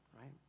Right